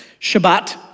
Shabbat